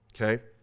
Okay